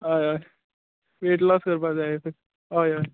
हय हय weight loss करपाक जाय हय हय